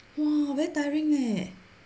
!wah! very tiring leh